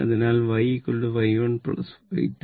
അതിനാൽ Y Y 1 Y 2